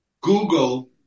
Google